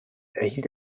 erhielt